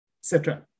cetera